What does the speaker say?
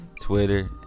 Twitter